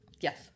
yes